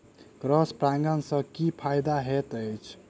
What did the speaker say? Cross परागण सँ की फायदा हएत अछि?